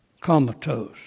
comatose